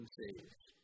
saved